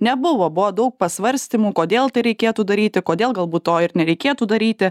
nebuvo buvo daug pasvarstymų kodėl tai reikėtų daryti kodėl galbūt to ir nereikėtų daryti